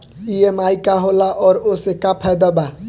EMI का होला और ओसे का फायदा बा?